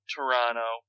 Toronto